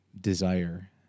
desire